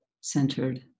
centered